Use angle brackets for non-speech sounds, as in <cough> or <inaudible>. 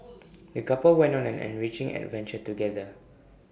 <noise> the couple went on an enriching adventure together